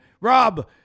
Rob